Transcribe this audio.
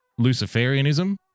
Luciferianism